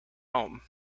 home